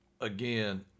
again